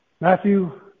Matthew